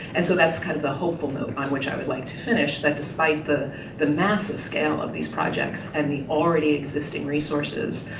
and so that's kind of the hopeful note on which i would like to finish. that despite the the massive scale of these projects and the already existing resources,